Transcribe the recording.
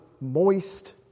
moist